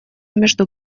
между